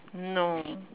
no